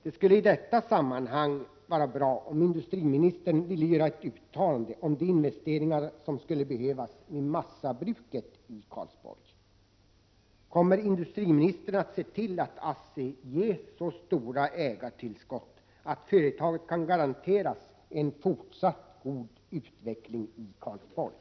Det skulle i detta sammanhang vara bra om industriministern ville göra ett uttalande om de investeringar som skulle behövas vid massabruket i Karlsborg: Kommer industriministern att se till att ASSI ges så stora ägartillskott att företaget kan garanteras en fortsatt god utveckling i Karlsborg?